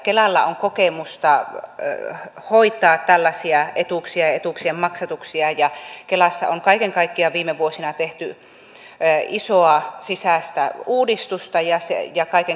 kelalla on kokemusta hoitaa tällaisia etuuksia ja etuuksien maksatuksia ja kelassa on kaiken kaikkiaan viime vuosina tehty isoa sisäistä uudistusta